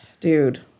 Dude